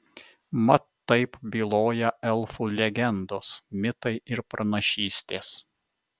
mat taip byloja elfų legendos mitai ir pranašystės